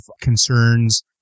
concerns